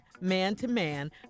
man-to-man